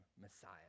Messiah